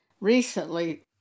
Recently